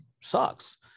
sucks